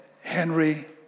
Henry